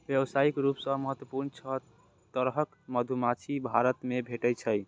व्यावसायिक रूप सं महत्वपूर्ण छह तरहक मधुमाछी भारत मे भेटै छै